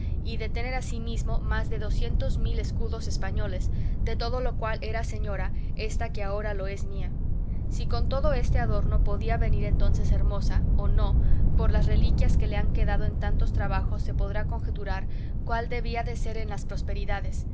y de tener asimismo más de docientos mil escudos españoles de todo lo cual era señora esta que ahora lo es mía si con todo este adorno podía venir entonces hermosa o no por las reliquias que le han quedado en tantos trabajos se podrá conjeturar cuál debía de ser en las prosperidades